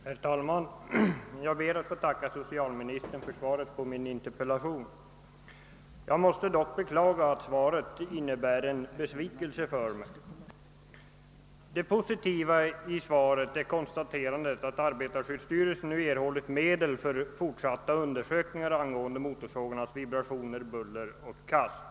Herr talman! Jag ber att få tacka socialministern för svaret på min interpellation. Jag måste dock beklaga att svaret innebär en besvikelse för mig. Ett positivt inslag i svaret är konstaterandet att arbetarskyddsstyrelsen nu erhållit medel för fortsatta undersökningar angående motorsågarnas vibrationer, buller och kast.